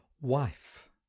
wife